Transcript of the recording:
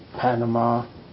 Panama